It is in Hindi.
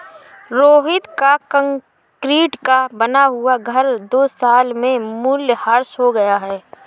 रोहित का कंक्रीट का बना हुआ घर दो साल में मूल्यह्रास हो गया